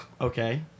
Okay